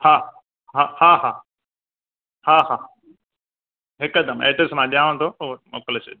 हा हा हा हा हा हा हिकदमि एडरेस मां ॾियांव थो उते मोकिले छॾिजो